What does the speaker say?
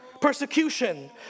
Persecution